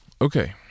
Okay